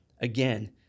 again